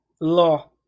law